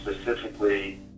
specifically